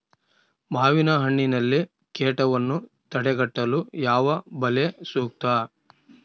ಮಾವಿನಹಣ್ಣಿನಲ್ಲಿ ಕೇಟವನ್ನು ತಡೆಗಟ್ಟಲು ಯಾವ ಬಲೆ ಸೂಕ್ತ?